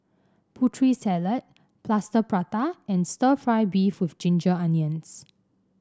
Putri Salad Plaster Prata and stir fry beef with Ginger Onions